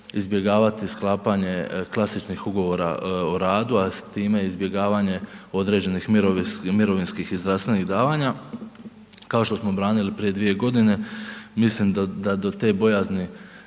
izbjegavati sklapanje klasičnih ugovora o radu, a s time izbjegavanje određenih mirovinskih i zdravstvenih davanja, kao što smo branili prije dvije godine, mislim da do te bojazni